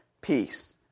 peace